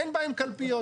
אין בהם קלפיות.